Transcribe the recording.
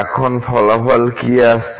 এখন ফলাফল কি আসছে